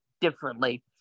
differently